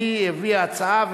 היא הביאה הצעה.